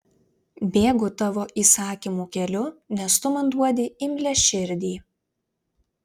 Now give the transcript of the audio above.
bėgu tavo įsakymų keliu nes tu man duodi imlią širdį